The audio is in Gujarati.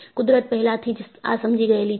કુદરત પહેલાથી જ આ સમજી ગયેલી છે